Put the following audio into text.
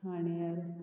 थाण्यार